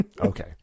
Okay